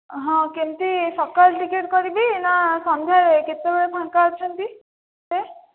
ହଁ କେମିତି ସକାଳେ ଟିକେଟ କରିବି ନା ସନ୍ଧ୍ୟା ବେଳେ କେତେବେଳେ ଫାଙ୍କା ଅଛନ୍ତି ସେ